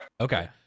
okay